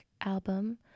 album